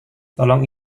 tolong